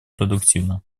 продуктивно